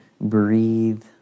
breathe